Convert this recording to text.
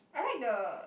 I like the